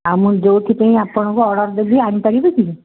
ଆଉ ମୁଁ ଯେଉଁଥିପାଇଁ ଆପଣଙ୍କୁ ଅର୍ଡ଼ର ଦେବି ଆଣିପାରିବି କି